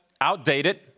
outdated